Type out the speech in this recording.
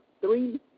three